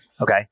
okay